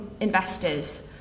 investors